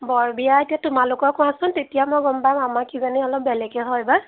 বৰ বিয়া এতিয়া তোমালোকৰ কোৱাচোন তেতিয়া মই গম পাম আমাৰ কিজানি অলপ বেলেগে হয় বা